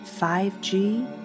5G